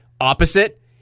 opposite